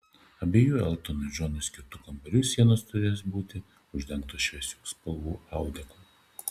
abiejų eltonui džonui skirtų kambarių sienos turės būti uždengtos šviesių spalvų audeklu